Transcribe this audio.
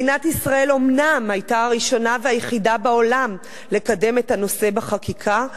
מדינת ישראל אומנם היתה הראשונה והיחידה בעולם לקדם את הנושא בחקיקה,